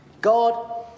God